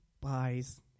buys